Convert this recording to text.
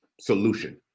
solution